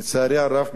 לצערי הרב,